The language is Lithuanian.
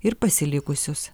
ir pasilikusius